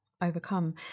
overcome